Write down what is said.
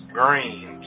green